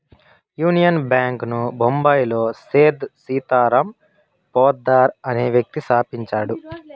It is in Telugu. యూనియన్ బ్యాంక్ ను బొంబాయిలో సేథ్ సీతారాం పోద్దార్ అనే వ్యక్తి స్థాపించాడు